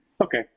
Okay